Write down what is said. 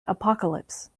apocalypse